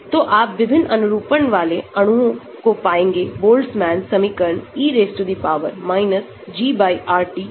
तो आप विभिन्न अनुरूपण वाले अणुओं को पाएंगे बोल्ट्जमैन समीकरण e power GRT पर